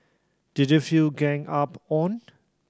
did you feel ganged up on